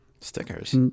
stickers